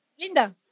Linda